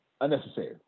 unnecessary